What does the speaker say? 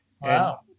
Wow